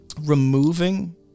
removing